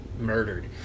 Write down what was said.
Murdered